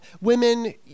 women